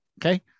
Okay